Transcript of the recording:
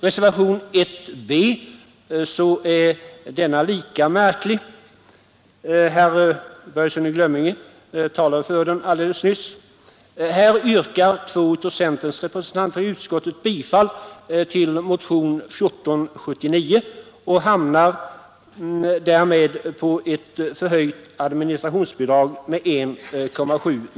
Reservationen 1 b är lika märklig. Herr Börjesson i Glömminge talade för den alldeles nyss. Här yrkar två av centerns representanter i utskottet bifall till motionen 1479 och hamnar därmed på ett med 1,7 miljoner kronor höjt administrationsbidrag.